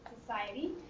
Society